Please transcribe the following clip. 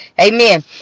Amen